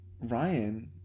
Ryan